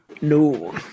No